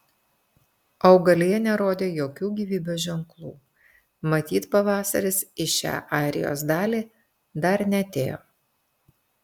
augalija nerodė jokių gyvybės ženklų matyt pavasaris į šią airijos dalį dar neatėjo